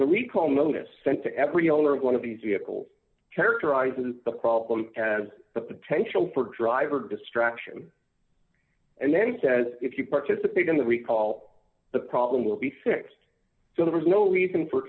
to every owner of one of these vehicles characterizes the problem as the potential for driver distraction and then says if you participate in the recall the problem will be fixed so there's no reason for